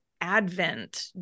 advent